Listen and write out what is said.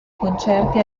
concerti